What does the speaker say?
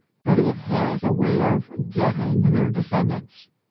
but it has a way of getting their descendants,